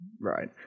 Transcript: Right